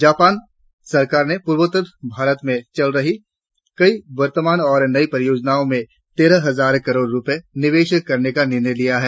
Japan सरकार ने पूर्वोत्तर भारत में चल रही कई वर्तमान और नयी परियोजनाओं में तेरह हजार करोड़ रुपये निवेश करने का निर्णय लिया है